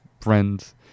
friends